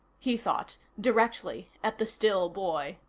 he thought, directly at the still boy.